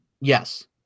Yes